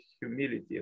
humility